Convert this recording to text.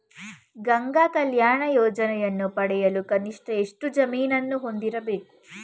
ಗಂಗಾ ಕಲ್ಯಾಣ ಯೋಜನೆಯನ್ನು ಪಡೆಯಲು ಕನಿಷ್ಠ ಎಷ್ಟು ಜಮೀನನ್ನು ಹೊಂದಿರಬೇಕು?